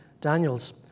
Daniels